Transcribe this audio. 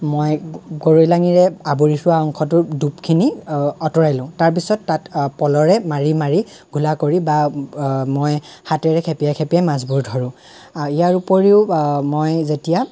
মই গ গৰৈ লাঙিৰে আৱৰি থকা অংশটোৰ ডুবখিনি আতৰাই লওঁ তাৰ পিছত তাত পলহেৰে মাৰি মাৰি ঘোলা কৰি বা মই হাতেৰে খেপিয়াই খেপিয়াই মাছবোৰ ধৰোঁ ইয়াৰ উপৰিও মই যেতিয়া